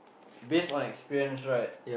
based on experience right